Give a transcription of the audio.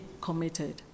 committed